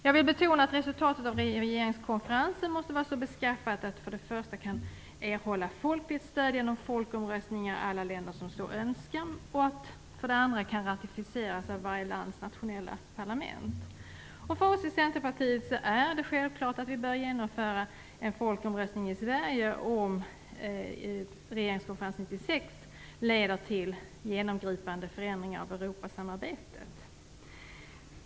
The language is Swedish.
Jag vill betona att resultatet av regeringskonferensen måste vara så beskaffat att det för det första kan erhålla folkets stöd genom folkomröstningar i alla länder som så önskar och att det för det andra kan ratificeras av varje lands nationella parlament. För oss i Centerpartiet är det självklart att vi bör genomföra en folkomröstning i Sverige om regeringskonferensen 1996 leder till genomgripande förändringar av Europasamarbetet.